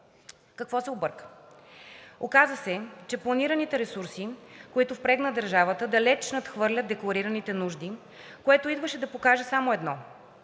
Какво се обърка? Оказа се, че планираните ресурси, които впрегна държавата, далеч надхвърлят декларираните нужди, което идваше да покаже само едно –